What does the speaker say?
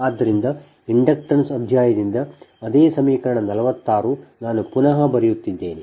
ಆದ್ದರಿಂದ ಇಂಡಕ್ಟನ್ಸ್ ಅಧ್ಯಾಯದಿಂದ ಅದೇ ಸಮೀಕರಣ 46 ನಾನು ಪುನಃ ಬರೆಯುತ್ತಿದ್ದೇನೆ